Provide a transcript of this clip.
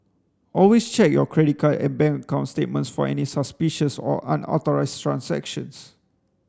always check your credit card and bank account statements for any suspicious or unauthorised transactions